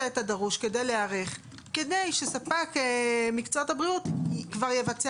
את הדרוש כדי להיערך כדי שספק מקצועות הבריאות כבר יבצע